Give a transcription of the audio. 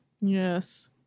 Yes